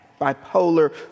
bipolar